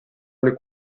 alle